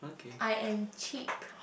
I am cheek